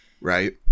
Right